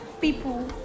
people